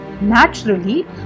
naturally